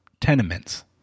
tenements